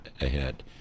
ahead